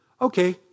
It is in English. Okay